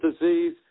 disease